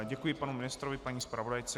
Děkuji panu ministrovi a paní zpravodajce.